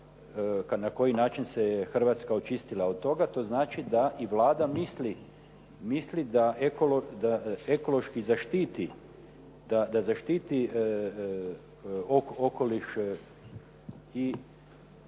na koji način se Hrvatska očistila od toga to znači da i Vlada misli da ekološki zaštiti, da zaštiti